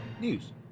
news